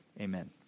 amen